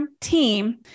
team